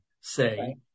say